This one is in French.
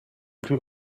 plus